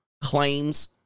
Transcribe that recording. claims